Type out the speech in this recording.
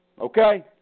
Okay